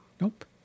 Nope